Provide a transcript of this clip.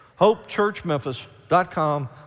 Hopechurchmemphis.com